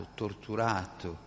torturato